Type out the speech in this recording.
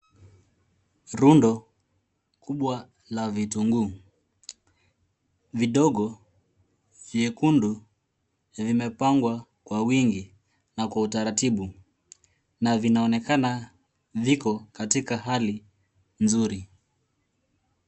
Rundo kubwa la vitunguu vidogo, vyekundu, vimepangwa kwa wingi na kwa utaratibu na vinaonekana viko katika hali nzuri.